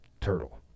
turtle